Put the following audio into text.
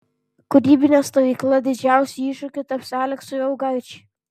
kūrybinė stovykla didžiausiu iššūkiu taps aleksui augaičiui